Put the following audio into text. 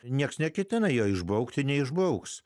niekas neketina jo išbraukti neišbrauks